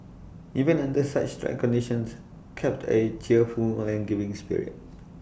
even under such trying conditions kept A cheerful and giving spirit